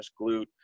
glute